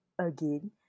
again